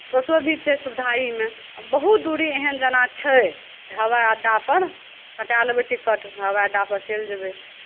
बसो भी छै सुविधा एहिमे आ बहुत दूरी एहन जाना छै तऽ हवाइ अड्डापर कटा लेबै टिकट हवाइ अड्डापर चलि जेबै